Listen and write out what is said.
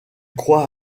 croit